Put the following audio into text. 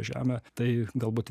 žemę tai galbūt